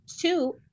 Two